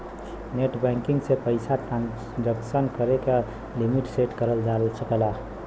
net banking से पइसा transaction करे क लिमिट सेट करल जा सकला